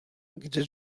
kde